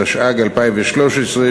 התשע"ג 2013,